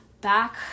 back